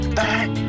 back